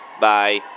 bye